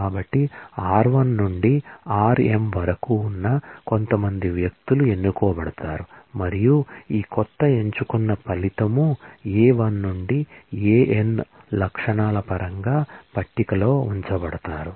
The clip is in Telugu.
కాబట్టి r1 నుండి rm వరకు ఉన్న కొంతమంది వ్యక్తులు ఎన్నుకోబడతారు మరియు ఈ కొత్త ఎంచుకున్న ఫలితం A1 నుండి An అట్ట్రిబ్యూట్స్ పరంగా పట్టికలో ఉంచబడతారు